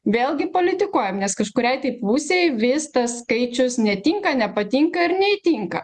vėlgi politikuojam nes kažkuriai taip pusei vis tas skaičius netinka nepatinka ir neįtinka